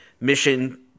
Mission